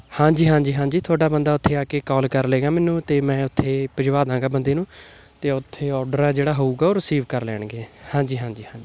ਹਾਂਜੀ ਹਾਂਜੀ ਹਾਂਜੀ ਤੁਹਾਡਾ ਬੰਦਾ ਉੱਥੇ ਆ ਕੇ ਕੋਲ ਕਰ ਲੇਗਾ ਮੈਨੂੰ ਅਤੇ ਮੈਂ ਉੱਥੇ ਭਿਜਵਾ ਦਾਂਗਾ ਬੰਦੇ ਨੂੰ ਅਤੇ ਉੱਥੇ ਔਡਰ ਆ ਜਿਹੜਾ ਹੋਵੇਗਾ ਉਹ ਰਿਸੀਵ ਕਰ ਲੈਣਗੇ ਹਾਂਜੀ ਹਾਂਜੀ ਹਾਂਜੀ